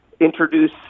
introduce